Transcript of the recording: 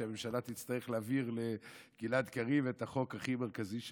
כשהממשלה תצטרך להעביר לגלעד קריב את החוק הכי מרכזי שלו.